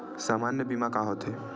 सामान्य बीमा का होथे?